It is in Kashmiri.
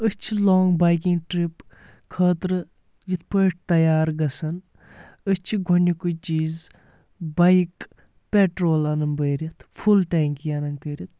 أسۍ چھِ لانٛگ بَاَیِکِنٛگ ٹِرِپ خٲطرٕ یِتھ پٲٹھۍ تَیار گژھَان أسۍ چھِ گۄڈنکُے چیٖز باَیَک پَیٹرول اَنُن بٔرِتھ فُل ٹَینٛکِی اَنٕنۍ کٔرِتھ